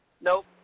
Nope